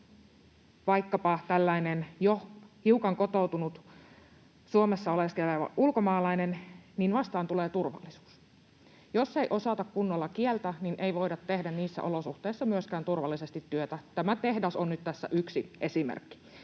vaikkapa tällainen jo hiukan kotoutunut Suomessa oleskeleva ulkomaalainen, vastaan tulee turvallisuus. Jos ei osata kunnolla kieltä, niin ei voida tehdä niissä olosuhteissa myöskään turvallisesti työtä. Tämä tehdas on nyt tässä yksi esimerkki.